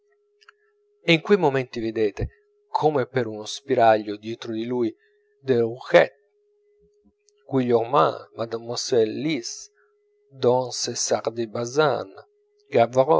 e in quei momenti vedete come per uno spiraglio dietro di lui deruchette guillormand mademoiselle lise don cesare di